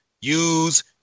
use